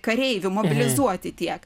kareivių mobilizuoti tiek